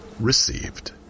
received